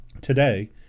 Today